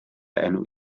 enw